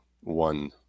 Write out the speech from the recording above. one